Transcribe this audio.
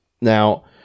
Now